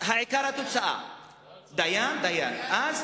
דיין אמר.